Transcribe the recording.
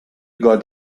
got